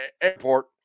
airport